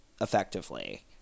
effectively